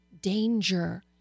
danger